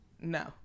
No